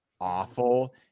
awful